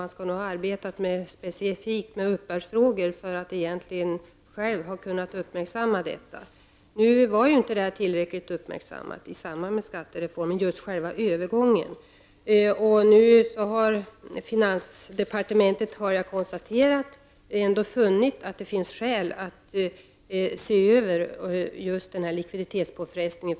Man borde nog ha arbetat med just uppbördsfrågor själv för att förstå detta. När skattereformen genomfördes uppmärksammades ju inte själva övergången tillräckligt. Finansdepartementet har emellertid konstaterat att det finns skäl att se på problemen i samband med likviditetspåfrestningen.